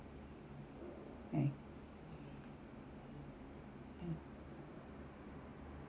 eh